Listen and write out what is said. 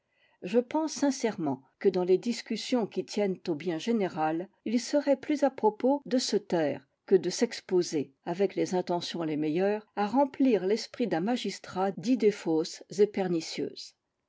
je pense sincèrement que dans les discussions qui tiennent au bien général il serait plus à propos de se taire que de s'exposer avec les intentions les meilleures à remplir l'esprit d'un magistrat d'idées fausses et pernicieuses